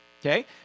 okay